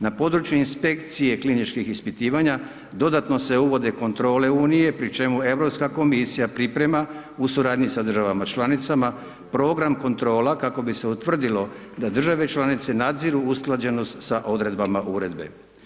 Na području inspekcije kliničkih ispitivanja dodatno se uvode kontrole Unije pri čemu Europska komisija priprema u suradnji sa državama članicama program kontrola kako bi se utvrdilo da države članice nadziru usklađenost sa odredbama uredbe.